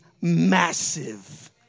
massive